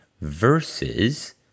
versus